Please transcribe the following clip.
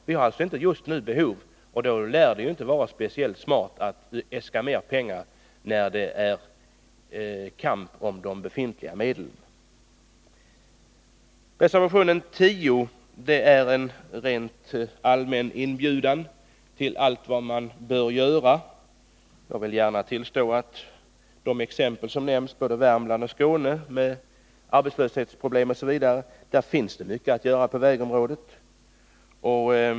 Vi har alltså inte just nu behov av mera pengar, och det lär inte vara särskilt smart att äska ytterligare medel för beredningens verksamhet, när det är kamp om de befintliga medlen på det statliga området över huvud taget. Reservation 10 innehåller en rent allmän inbjudan till att göra allt vad som bör göras. Jag vill gärna tillstå att när det gäller de exempel som nämns — i både Värmland och Skåne, med arbetslöshetsproblem osv. — finns det mycket att göra på vägområdet.